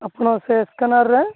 ଆପଣ ସେ ସ୍କାନର୍ ରେ